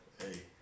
Hey